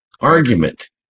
Argument